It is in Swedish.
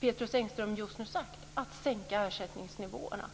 Pethrus Engström just nu sagt - att sänka ersättningsnivåerna.